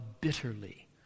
bitterly